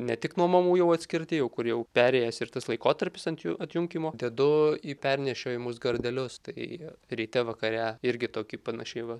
ne tik nuo mamų jau atskirti kur jau perėjęs ir tas laikotarpis ant jų atjunkymo dedu į pernešiojimas gardelius tai ryte vakare irgi tokį panašiai va